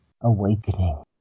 Awakening